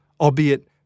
albeit